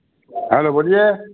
hello बोलिए